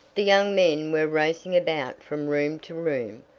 the young men were racing about from room to room,